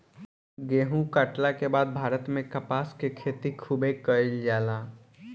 गेहुं काटला के बाद भारत में कपास के खेती खूबे कईल जाला